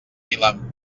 vilar